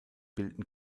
bilden